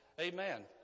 Amen